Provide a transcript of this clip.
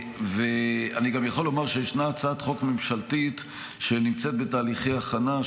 אני גם יכול לומר שישנה הצעת חוק ממשלתית שנמצאת בתהליכי הכנה,